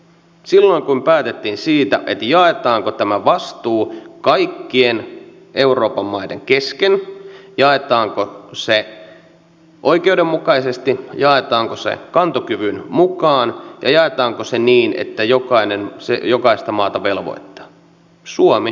silloin kun päätettiin siitä jaetaanko tämä vastuu kaikkien euroopan maiden kesken jaetaanko se oikeudenmukaisesti jaetaanko se kantokyvyn mukaan ja jaetaanko se niin että se jokaista maata velvoittaa suomi äänesti tyhjää